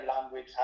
language